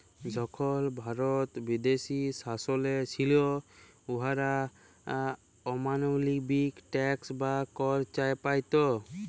যখল ভারত বিদেশী শাসলে ছিল, উয়ারা অমালবিক ট্যাক্স বা কর চাপাইত